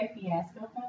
Fiasco